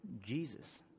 Jesus